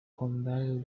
condal